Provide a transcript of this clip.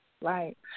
Right